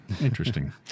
Interesting